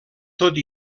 tot